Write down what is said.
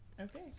Okay